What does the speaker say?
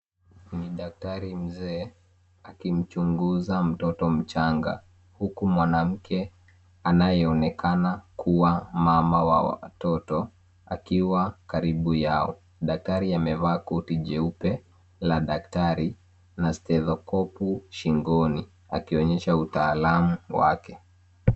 Ni daktari mzee akichunguza mtoto mchanga huku mwanamke anayeonekana kuwa mama wa watoto akiwa karibu yao. Daktari amevaa koti jeupe la daktari na teleskopu shingoni akionyesha utaalam wake.